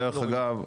דרך אגב,